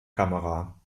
kamera